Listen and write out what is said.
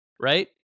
right